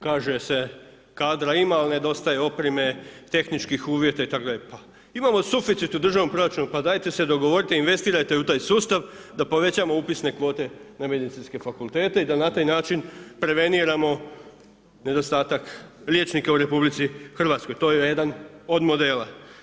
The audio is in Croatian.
Kaže se kadra ima ali nedostaje opreme, tehničkih uvjeta itd., pa imamo suficit u državnom proračunu, pa dajte se dogovorite, investirate u taj sustav, da povećamo upisne kvote na medicinske fakultete i da na taj način preveniramo nedostatak liječnika u RH, to je jedan od modela.